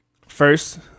First